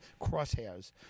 crosshairs